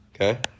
Okay